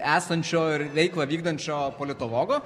esančio ir veiklą vykdančio politologo